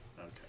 Okay